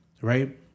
right